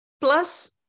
Plus